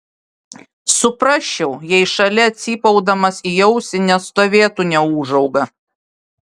suprasčiau jei šalia cypaudamas į ausį nestovėtų neūžauga